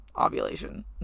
ovulation